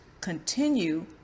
continue